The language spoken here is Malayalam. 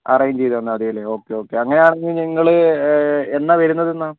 അറേഞ്ച് ചെയ്തു തന്നാൽ മതിയല്ലേ ഓക്കേ ഓക്കേ അങ്ങനെയാണെങ്കിൽ നിങ്ങൾ എന്നാണ് വരുന്നതെന്നാണ്